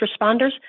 responders